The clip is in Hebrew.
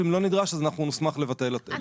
אם לא נדרש, נוסמך לבטל אותו .